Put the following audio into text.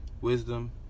wisdom